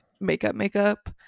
makeup-makeup